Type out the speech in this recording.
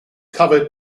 covered